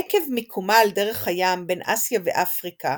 עקב מיקומה על דרך הים, בין אסיה ואפריקה,